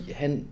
han